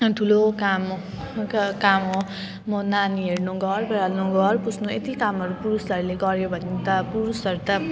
ठुलो काम अँ काम हो र नानी हेर्नु घर बडार्नु घर पुछ्नु यति कामहरू पुरुषहरूले गऱ्यो भने त पुरुषहरू त